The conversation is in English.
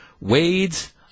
Wade's